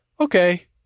okay